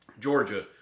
Georgia